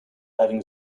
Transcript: having